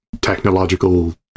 technological